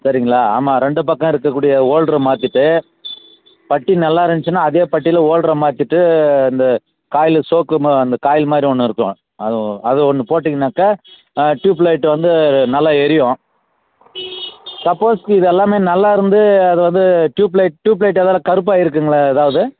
சரிங்களா ஆமாம் ரெண்டு பக்கம் இருக்கக்கூடிய ஓல்டரு மாற்றிட்டு பட்டி நல்லா இருந்துச்சுனா அதே பட்டியில் ஓல்டரை மாற்றிட்டு இந்த காயிலு சோக்கு ம அந்த காயில் மாதிரி ஒன்று இருக்கும் அது ஓ அது ஒன்று போட்டிங்கனாக்கால் ட்யூப் லைட் வந்து நல்லா எரியும் சப்போஸ் இது எல்லாமே நல்லா இருந்து அது வந்து ட்யூப் லைட் ட்யூப் லைட் எதாவது கருப்பாக இருக்குதுங்களா எதாவது